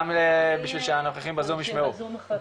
גם בשביל הנוכחים בזום ישמעו.